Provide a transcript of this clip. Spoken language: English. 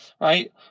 right